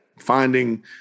finding